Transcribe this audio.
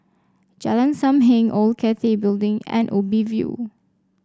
Jalan Sam Heng Old Cathay Building and Ubi View